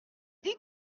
dit